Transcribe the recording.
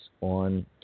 on